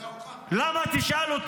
לאבטח אותך?